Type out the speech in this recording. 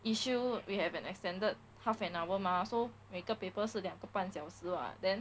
issue we have an extended half an hour mah so 每个 paper 是两个半小时 [what] then